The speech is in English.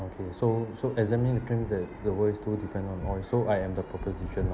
okay so so examining the trend that the world is too dependent on oil so I am the proposition now